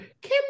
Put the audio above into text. Kim